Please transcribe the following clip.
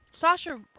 Sasha